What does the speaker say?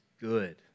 good